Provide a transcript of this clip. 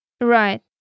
Right